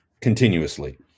continuously